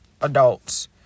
adults